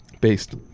Based